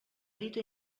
dita